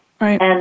Right